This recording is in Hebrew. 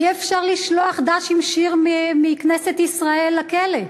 אי-אפשר לשלוח ד"ש עם שיר מכנסת ישראל לכלא,